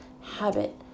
habit